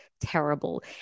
terrible